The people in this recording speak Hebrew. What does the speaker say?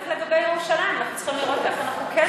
ובטח לגבי ירושלים אנחנו צריכים לראות איך אנחנו כן,